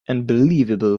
unbelievable